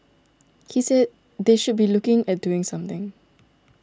he said they should be looking at doing something